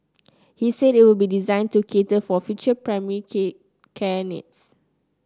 he said it will be designed to cater for future primary care needs